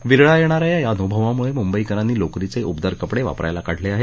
विरळा येणा या या अनुभवानमुळं मुंबईकरानी लोकरीचे उबदार कपडे वापरायला काढले आहेत